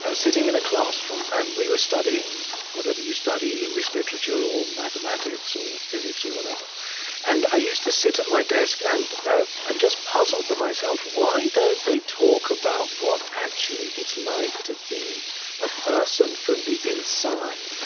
ah sitting in a classroom, and we were studying whatever you study english literature or mathematics or physics or whatever and i used to sit at my desk and ah and just puzzle to myself, why don't they talk about what actually it's like to be a person, from the inside?